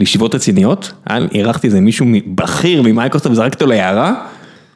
בישיבות הציניות ‫אירחתי איזה מישהו, בכיר ‫ממיקרוסופט, זרקתי אותו ליערה